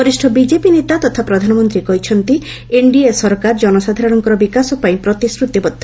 ବରିଷ୍ଣ ବିକେପି ନେତା ତଥା ପ୍ରଧାନମନ୍ତ୍ରୀ ଶ୍ରୀ ମୋଦି କହିଛନ୍ତି ଏନ୍ଡିଏ ସରକାର କନସାଧାରଣଙ୍କର ବିକାଶପାଇଁ ପ୍ରତିଶ୍ରତିବଦ୍ଧ